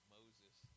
Moses